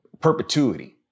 perpetuity